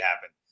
happen